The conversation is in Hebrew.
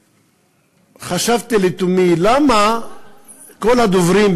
וחשבתי לתומי: למה כל הדוברים,